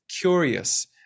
curious